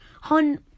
hun